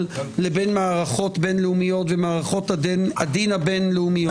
ומערכות בין-לאומיות ומערכות הדין הבין לאומי.